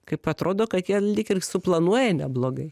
kaip atrodo kad jie lyg ir suplanuoja neblogai